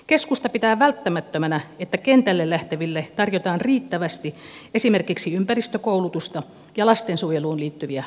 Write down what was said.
keskusta pitää välttämättömänä että kentälle lähteville tarjotaan riittävästi esimerkiksi ympäristökoulutusta ja lastensuojeluun liittyviä valmiuksia